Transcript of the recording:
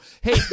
Hey